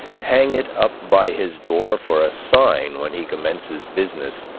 hang it up by his door for a sign when he commences business,